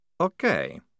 Okay